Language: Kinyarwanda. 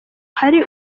hari